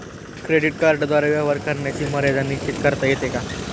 Credit कार्डद्वारे व्यवहार करण्याची मर्यादा निश्चित करता येते का?